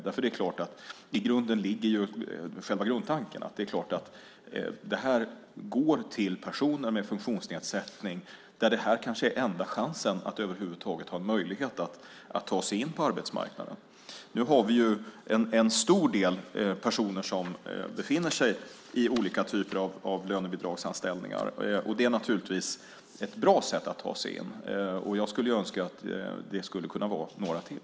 I botten ligger själva grundtanken: Det här går till personer med funktionsnedsättning, och det här kanske är enda chansen att över huvud taget ha möjlighet att ta sig in på arbetsmarknaden. Nu har vi en stor andel personer som befinner sig i olika typer av lönebidragsanställningar, och det är naturligtvis ett bra sätt att ta sig in. Jag skulle önska att det skulle kunna vara några till.